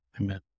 Amen